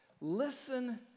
Listen